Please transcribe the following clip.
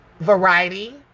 variety